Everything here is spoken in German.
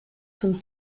zum